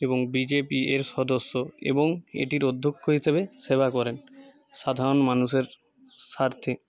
এবং B J P এর সদস্য এবং এটির অধ্যক্ষ হিসেবে সেবা করেন সাধারণ মানুষের স্বার্থে